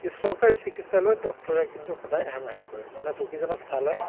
এই চৰকাৰী চিকিৎসালয়ত ডক্টৰে কিন্তু সদায় হেমাহি কৰে মানে ৰোগীজনক চালে